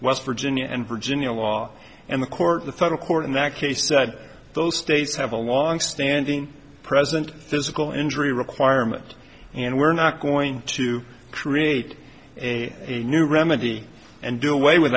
west virginia and virginia law and the court the federal court in that case said those states have a long standing present physical injury requirement and we're not going to create a a new remedy and do away with